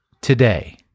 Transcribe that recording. today